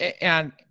and-